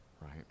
right